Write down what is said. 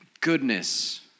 goodness